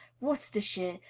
worcestershire,